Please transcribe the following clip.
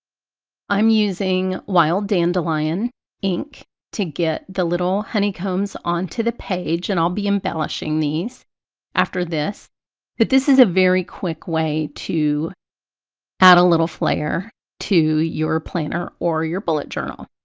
i'm using wild dandelion ink to get the little honeycombs on to the page, and i'll be embellishing these after this but this is a very quick way to add a little flair to your planner or your bullet journal.